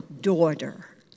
daughter